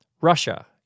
Russia